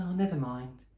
never mind,